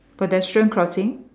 pedestrian crossing